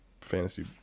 fantasy